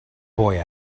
boy